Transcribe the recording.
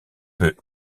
peut